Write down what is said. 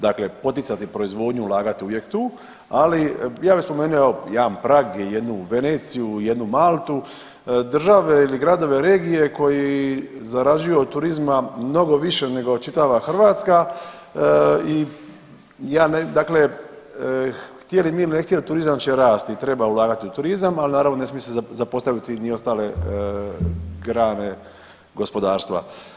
Dakle poticati proizvodnju i ulagati uvijek tu, ali, ja bih spomenuo, evo, jedan Prag, jednu Veneciju, jednu Maltu, države ili gradove-regije koji zarađuju od turizma mnogo više nego čitava Hrvatska i ja, dakle htjeli mi ili ne htjeli, turizam će rasti i treba ulagati u turizam, ali naravno ne smije se zapostaviti ni ostale grane gospodarstva.